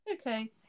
Okay